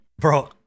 Bro